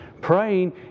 praying